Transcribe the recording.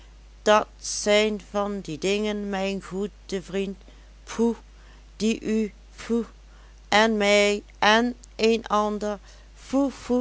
dat zijn van die dingen mijn goede vriend p'hoe die u p'hoe en mij en een ander